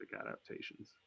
adaptations